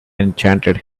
enchanted